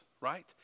right